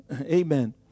Amen